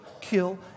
kill